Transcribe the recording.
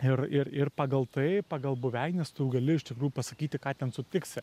ir ir ir pagal tai pagal buveines tu gali iš tikrųjų pasakyti ką ten sutiksi